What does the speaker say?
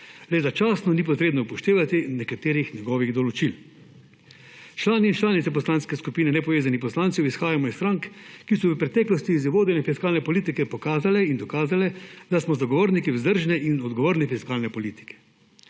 Le začasno ni potrebno upoštevati nekaterih njegovih določil. Člani in članice Poslanske skupine nepovezanih poslancev izhajamo iz strank, ki so v preteklosti za vodenje fiskalne politike pokazale in dokazale, da smo zagovorniki vzdržne in odgovorne fiskalne politike.